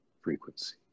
frequency